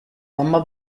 tomba